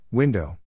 Window